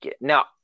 now